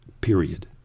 Period